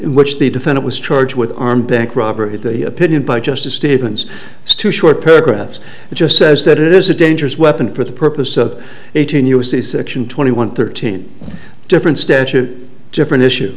which the defendant was charged with armed bank robbery at the opinion by justice stevens it's too short paragraphs it just says that it is a dangerous weapon for the purpose of eighteen u s c section twenty one thirteen different statute different issue